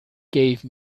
gave